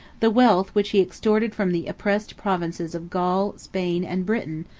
the wealth which he extorted from the oppressed provinces of gaul, spain, and britain,